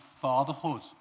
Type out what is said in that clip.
fatherhood